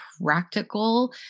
practical